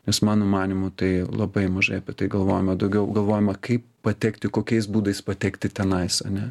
nes mano manymu tai labai mažai apie tai galvojama daugiau galvojama kaip patekti kokiais būdais patekti tenais ane